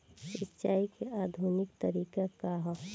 सिंचाई क आधुनिक तरीका का ह?